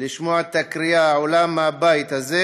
לשמוע את הקריאה העולה מהבית הזה,